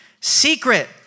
secret